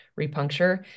repuncture